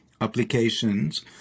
applications